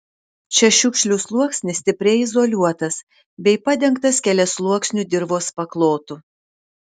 čia šiukšlių sluoksnis stipriai izoliuotas bei padengtas keliasluoksniu dirvos paklotu